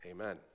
Amen